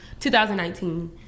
2019